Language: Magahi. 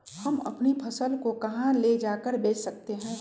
हम अपनी फसल को कहां ले जाकर बेच सकते हैं?